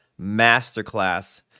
masterclass